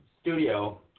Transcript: studio